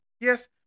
Yes